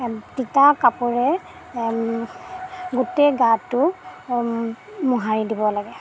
তিতা কাপোৰে গোটেই গাটো মোহাৰি দিব লাগে